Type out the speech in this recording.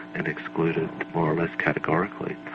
and excluded more or less categorically.